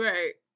Right